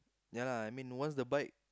ya lah I mean once the bike